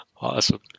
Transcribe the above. awesome